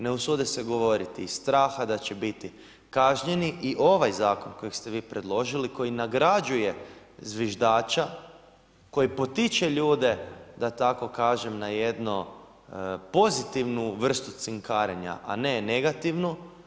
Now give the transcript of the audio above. Ne usude se govoriti iz straha da će biti kažnjeni i ovaj zakon kojeg ste vi predložili koji nagrađuje zviždača koji potiče ljude da tako kažem na jedno pozitivnu vrstu cinkarenja, a ne negativnu.